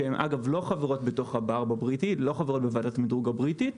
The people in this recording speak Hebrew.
שאגב הן לא חברות בתוך ועדת המדרוג הבריטית,